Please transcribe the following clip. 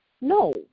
No